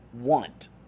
want